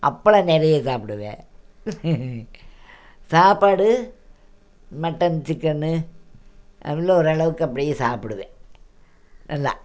அப்பளம் நிறைய சாப்பிடுவேன் சாப்பாடு மட்டன் சிக்கனு நல்ல ஓரளவுக்கு அப்டியே சாப்பிடுவேன் நல்லா